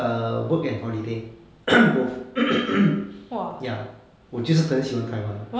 err work and holiday both ya 我就是很喜欢 taiwan